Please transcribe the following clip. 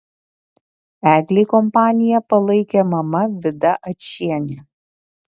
eglei kompaniją palaikė mama vida ačienė